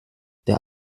der